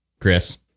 chris